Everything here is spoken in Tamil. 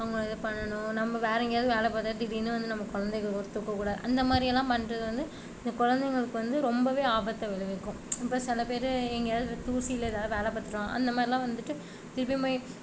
அவங்கள இதைப்பண்ணணும் நம்ம வேறு எங்கேயாவது வேலை பார்த்துட்டு திடீர்னு வந்து நம்ம குழந்தையை வந்து தூக்கக்கூடாது அந்தமாதிரியெல்லாம் பண்ணுறது வந்து குழந்தைகளுக்கு வந்து ரொம்பவே ஆபத்தை விளைவிக்கும் இப்போ சில பேர் எங்கேயாவது தூசியில் ஏதாவது வேலை பார்த்துட்டு அந்தமாதிரிலாம் வந்துட்டு திருப்பியும் போய்